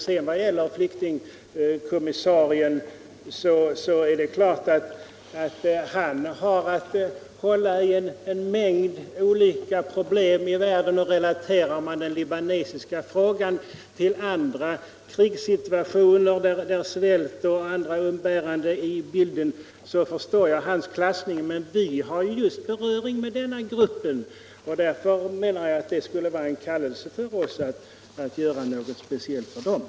Vad sedan gäller flyktingkommissarien är det klart att han har att tänka på en mängd olika problem i världen. Relaterar man den libanesiska frågan till andra krigssituationer, där svält och andra umbäranden är med 1 bilden, så förstår jag hans klassning. Men vi har ju just beröring med denna grupp, och därför menar jag att det skulle vara en kallelse för OSS att göra något speciellt för den.